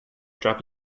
drop